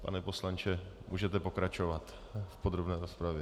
Pane poslanče, můžete pokračovat v podrobné rozpravě.